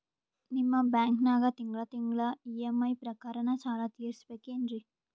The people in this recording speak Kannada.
ನಿಮ್ಮ ಬ್ಯಾಂಕನಾಗ ತಿಂಗಳ ತಿಂಗಳ ಇ.ಎಂ.ಐ ಪ್ರಕಾರನ ಸಾಲ ತೀರಿಸಬೇಕೆನ್ರೀ?